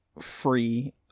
free